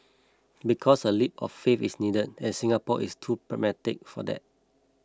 because a leap of faith is needed and Singapore is too pragmatic for that